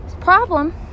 problem